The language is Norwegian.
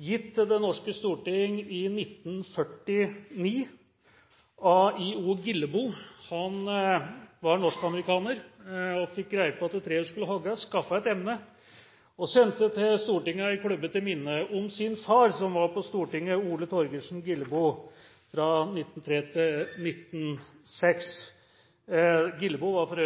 gitt til Det norske storting i 1949 av I.O. Gillebo. Han var norsk-amerikaner og fikk rede på at treet skulle hugges, skaffet et emne og sendte Stortinget en klubbe til minne om sin far, Ole Torgersen Gillebo, som var på Stortinget fra1903 til 1906. Gillebo var for